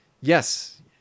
Yes